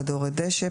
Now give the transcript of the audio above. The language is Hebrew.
כדורת דשא,